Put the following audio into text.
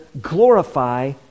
glorify